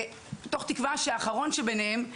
מתוך תקווה שהאחרון שביניהם,